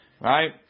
right